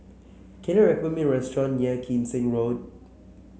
can you recommend me restaurant near Kim Seng Road